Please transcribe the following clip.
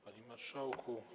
Panie Marszałku!